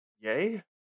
Yay